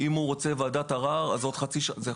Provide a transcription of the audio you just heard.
אם הוא רוצה ועדת ערר אז עוד חצי שנה.